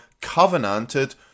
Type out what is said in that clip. covenanted